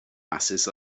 masses